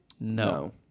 No